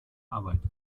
arbeit